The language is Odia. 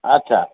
ଆଚ୍ଛା